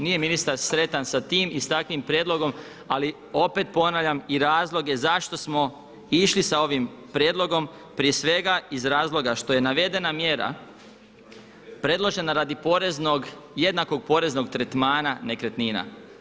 Nije ministar sretan sa tim i sa takvim prijedlogom ali opet ponavljam i razloge zašto smo išli sa ovim prijedlogom, prije svega iz razloga što je navedena mjera predložena radi poreznog, jednakog poreznog tretmana nekretnina.